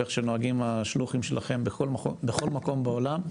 ואיך שנוהגים השלוחים שלכם בכל מקום בעולם,